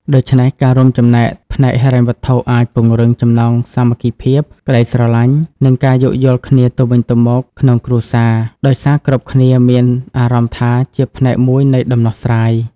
ដូច្នេះ ការរួមចំណែកផ្នែកហិរញ្ញវត្ថុអាចពង្រឹងចំណងសាមគ្គីភាព ក្ដីស្រឡាញ់ និងការយោគយល់គ្នាទៅវិញទៅមកក្នុងគ្រួសារ ដោយសារគ្រប់គ្នាមានអារម្មណ៍ថាជាផ្នែកមួយនៃដំណោះស្រាយ។